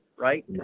right